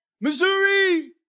Missouri